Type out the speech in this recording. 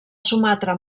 sumatra